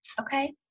Okay